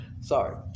Sorry